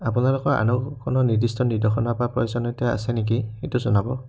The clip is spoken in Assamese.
আপোনালোকৰ আন কোনো নিৰ্দিষ্ট নিৰ্দেশনা বা প্ৰয়োজনীয়তা আছে নেকি সেইটো জনাব